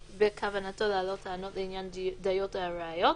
בכוונתו להעלות טענות לעניין דיות הראיות,